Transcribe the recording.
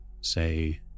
say